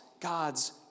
God's